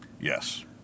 Yes